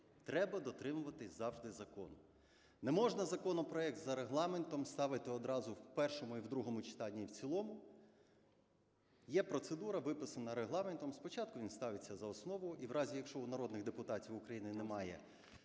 треба дотримувати завжди закону. Не можна законопроект за Регламентом ставити одразу в першому і в другому читанні, і в цілому. Є процедура, виписана Регламентом: спочатку він ставиться за основу і в разі, якщо у народних депутатів України немає